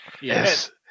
yes